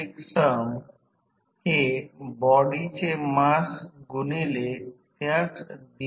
तर वॅटमीटर चे वाचन हे त्या वास्तविकतेच्या वॅटमीटर मध्ये आहे ही बाजू खुली आहे जी दुय्यम आहे